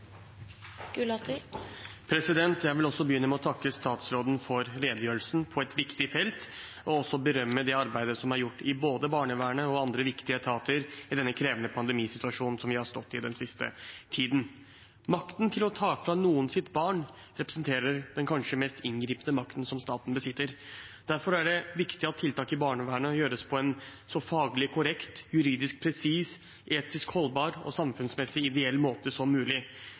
Jeg vil også begynne med å takke statsråden for redegjørelsen på et viktig felt, og jeg vil også berømme det arbeidet som er gjort både i barnevernet og i andre viktige etater i denne krevende pandemisituasjonen som vi har stått i den siste tiden. Makten til å ta fra noen barnet deres representerer kanskje den mest inngripende makten som staten besitter. Derfor er det viktig at tiltak i barnevernet gjøres på en så faglig korrekt, juridisk presis, etisk holdbar og samfunnsmessig ideell måte som mulig.